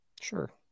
Sure